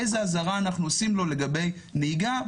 איזה אזהרה אנחנו עושים לו לגבי נהיגה,